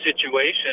situation